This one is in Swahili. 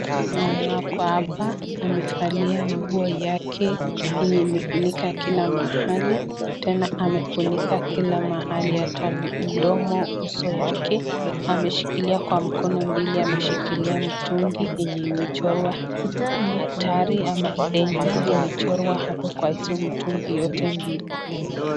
Mweenye wako hapa amevalia nguo yenye kufunika Kila mahali, Tena amefunika Kila mahali Tena mdomo uso yake ameshikilia kwa mkono wake ameshikilia mtungi yenye imechorwa hatari ama danger imechorwa hapo kwa hapo mitungi hizo mbili.